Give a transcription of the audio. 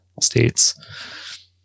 states